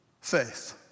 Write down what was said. faith